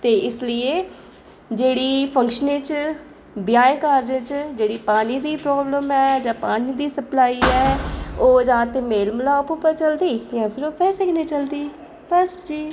ते इस लेई एह् जेह्ड़ी फंक्शनें च ब्याहें कारजें च जेह्ड़ी पानी दी प्राब्लम ऐ जां पानी दी सप्लाई ऐ ओह् जां ते मेल मलाप उप्पर चलदी जां फिर ओह् पैसे कन्नै चलदी बस फ्ही